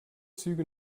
züge